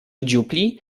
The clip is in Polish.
dziupli